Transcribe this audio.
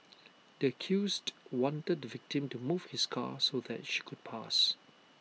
the accused wanted the victim to move his car so that she could pass